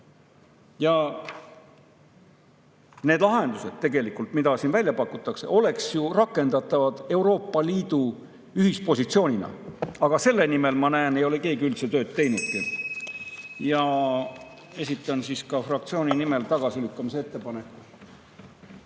Need lahendused, mida välja pakutakse, oleks ju rakendatavad Euroopa Liidu ühispositsioonina. Aga selle nimel, ma näen, ei ole keegi üldse tööd teinud. Ma esitan fraktsiooni nimel tagasilükkamise ettepaneku.